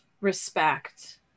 respect